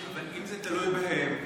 אבל אם זה תלוי בהם,